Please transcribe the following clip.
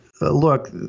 look